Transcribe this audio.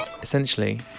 Essentially